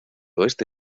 oeste